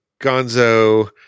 Gonzo